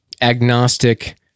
agnostic